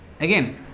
again